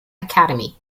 academy